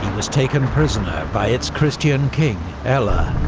was taken prisoner by its christian king, ella,